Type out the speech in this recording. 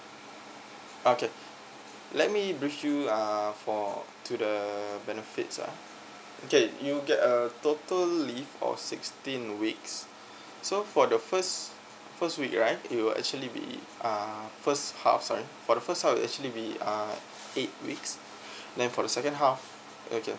okay let me brief you ah for to the benefits ah okay you get a total leave of sixteen weeks so for the first first week right you will actually be uh first half sorry for the first half is actually be uh eight weeks then for the second half okay